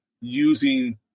using